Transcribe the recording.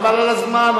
חבל על הזמן,